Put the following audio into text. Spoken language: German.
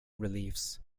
reliefs